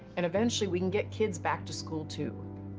and, eventually, we can get kids back to school, too.